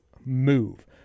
move